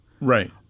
Right